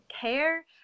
care